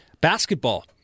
Basketball